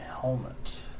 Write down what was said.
helmet